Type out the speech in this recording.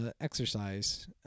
exercise